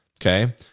Okay